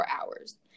hours